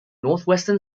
northwestern